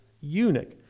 eunuch